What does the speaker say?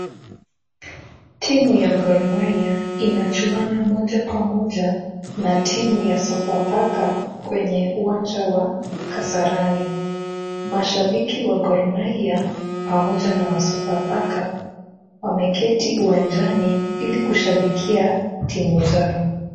Timu ya Gor Mahia inachuana moja kwa moja na timu ya Sofa Paka kwenye uwanja wa Kasarani. Mashabiki wa Gor Mahia pamoja na wa Sofa Paka wameketi uwanjani ili kushabikia timu zao.